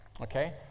okay